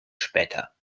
später